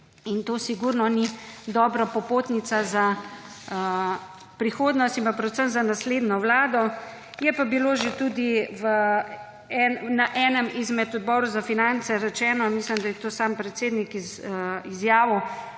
In to sigurno ni dobra popotnica za prihodnost in pa predvsem za naslednjo vlado. Je pa bilo že tudi na enem izmed Odborov za finance rečeno, mislim, da je to sam predsednik izjavil,